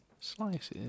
slices